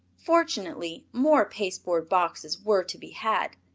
fortunately, more pasteboard boxes were to be had,